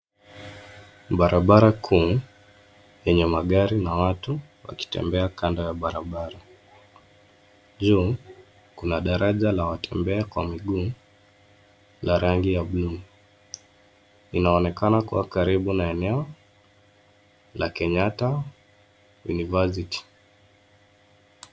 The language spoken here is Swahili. Barabara kuu yenye magari na watu wakitembea kando ya barabara. Juu kuna daraja la watembea kwa miguu la rangi ya blue .Inaonekana kuwa karibu na eneo la Kenyatta University.